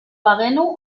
bagenu